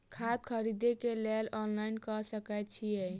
खाद खरीदे केँ लेल ऑनलाइन कऽ सकय छीयै?